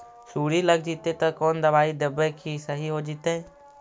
सुंडी लग जितै त कोन दबाइ देबै कि सही हो जितै?